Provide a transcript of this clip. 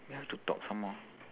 we have to talk some more